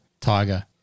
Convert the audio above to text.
Tiger